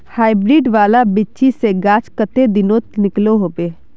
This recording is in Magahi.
हाईब्रीड वाला बिच्ची से गाछ कते दिनोत निकलो होबे?